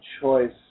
choice